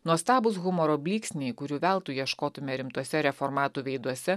nuostabūs humoro blyksniai kurių veltui ieškotume rimtuose reformatų veiduose